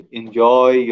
enjoy